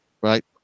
Right